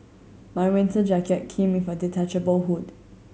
my winter jacket came with a detachable hood